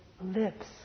lips